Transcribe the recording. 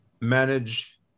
manage